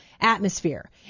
atmosphere